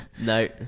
No